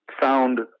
found